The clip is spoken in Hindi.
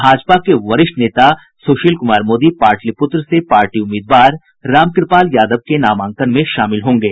भाजपा के वरिष्ठ नेता सुशील कुमार मोदी पाटलीपुत्र से पार्टी उम्मीदवार रामकुपाल यादव के नामांकन में शामिल होंगे